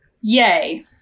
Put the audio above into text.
Yay